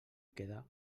queda